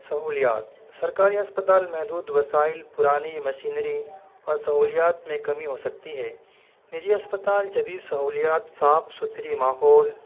سہولیات سرکاری ہسپتال محدود وسائل پرانی مشینری اور سہولیات میں کمی ہو سکتی ہے نجی ہسپتال جدید سہولیات صاف ستھری ماحول